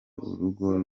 urugero